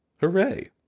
Hooray